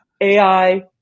AI